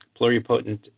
pluripotent